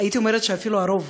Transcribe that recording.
הייתי אומרת שאפילו הרוב,